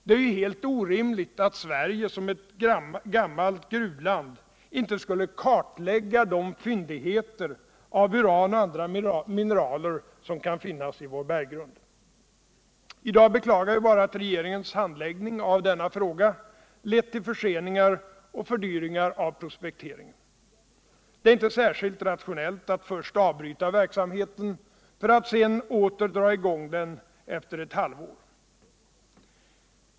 Det är ju helt orimligt att Sverige som gammalt gruvland inte skulle kartlägga de fyndigheter av uran och andra mineraler som kan finnas i vår berggrund. I dag beklagar vi bara alt regeringens handläggning av denna fråga lett till lörseningar och fördyringar av prospekteringen. Det är inte särskilt rationellt att först avbryta verksamheten för att sedan åter dra i gång den efter ett halvår.